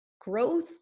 growth